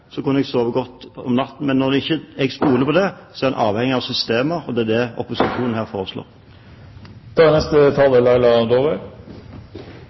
kunne jeg sovet godt om natten. Men når jeg ikke stoler på det, er man avhengig av systemer, og det er det opposisjonen her foreslår. Jeg har bare lyst til å gi tilbakemelding til statsråden om at selvsagt er